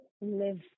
live